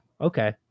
okay